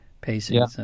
pacing